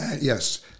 yes